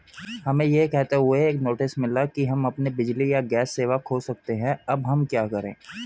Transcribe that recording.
हमें यह कहते हुए एक नोटिस मिला कि हम अपनी बिजली या गैस सेवा खो सकते हैं अब हम क्या करें?